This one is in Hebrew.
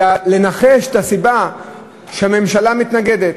אלא לנחש את הסיבה לכך שהממשלה מתנגדת.